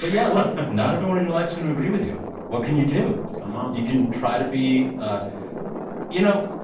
but yeah, look, not everyone in your life is going to agree with you. what can you do? come on you can try to be ah you know,